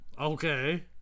Okay